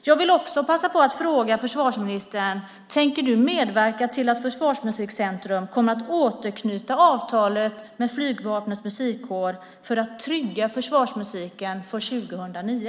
Jag vill också passa på att fråga försvarsministern: Tänker du medverka till att Försvarsmusikcentrum kommer att återknyta avtalet med Flygvapnets musikkår för att trygga försvarsmusiken för 2009?